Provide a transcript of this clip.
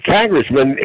Congressman